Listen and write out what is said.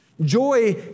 Joy